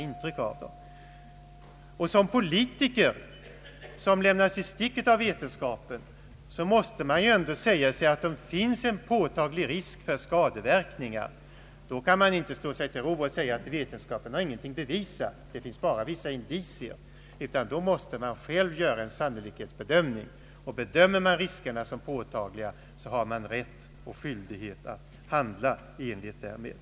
Såsom politiker, som lämnnats i sticket av vetenskapen, måste man säga sig att om det finns en påtaglig risk för skadeverkningar, kan man inte slå sig till ro och säga att vetenskapen har ingenting bevisat, det finns bara vissa indicier. Då måste man själv göra en sannolikhetsbedömning. Bedömer man riskerna som påtagliga, har man rätt och skyldighet att handla i enlighet därmed.